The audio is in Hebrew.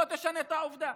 לא ישנו את העובדה: